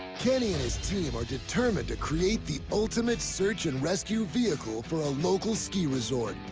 kenny and his team are determined to create the ultimate search and rescue vehicle for a local ski resort.